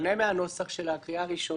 בשונה מהנוסח של הקריאה הראשונה,